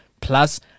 plus